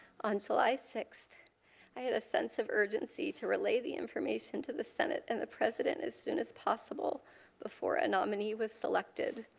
on july six i had a sense of urgency to relay the information to the senate and the president as soon as possible for ah nominee was selected.